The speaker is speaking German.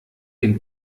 den